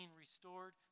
restored